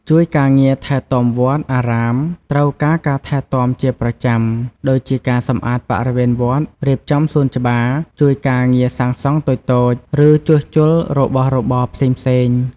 ជួយការងារថែទាំវត្ត អារាមត្រូវការការថែទាំជាប្រចាំ ដូចជាការសម្អាតបរិវេណវត្ត រៀបចំសួនច្បារ ជួយការងារសាងសង់តូចៗ ឬជួសជុលរបស់របរផ្សេងៗ។